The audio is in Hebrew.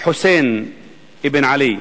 חוסיין אבן עלי.